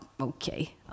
okay